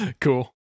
cool